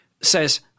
says